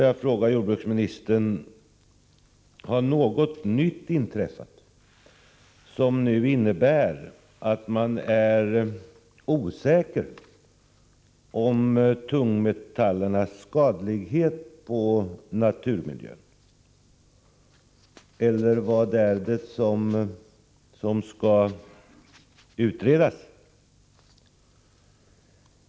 Jag frågar jordbruksministern: Har något nytt inträffat som innebär att man nu är osäker i fråga om tungmetallernas skadlighet på naturmiljön, eller vad är det som skall utredas?